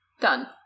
Done